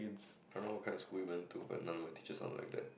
don't know what kind of school even to but none of my teacher sound like that